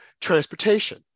transportation